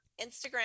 Instagram